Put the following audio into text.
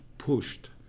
Pushed